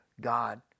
God